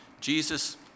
Jesus